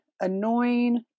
annoying